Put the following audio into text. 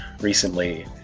recently